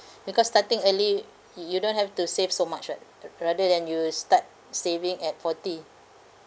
because starting early you you don't have to save so much [what] ra~ rather than you start saving at forty